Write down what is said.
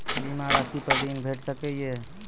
बीमा रासि पर ॠण भेट सकै ये?